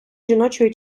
жіночої